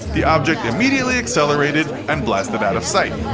the object immediately accelerated and blasted out of sight.